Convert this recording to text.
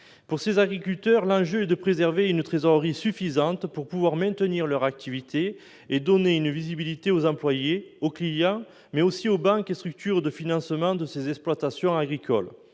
Pour ces agriculteurs, l'enjeu est de préserver une trésorerie suffisante pour pouvoir maintenir leur activité et donner une visibilité aux employés et aux clients, mais aussi aux banques et aux structures de financement de ces exploitations agricoles.